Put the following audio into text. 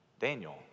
Daniel